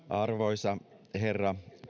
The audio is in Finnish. arvoisa herra